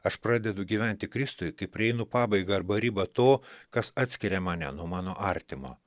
aš pradedu gyventi kristui kai prieinu pabaigą arba ribą to kas atskiria mane nuo mano artimo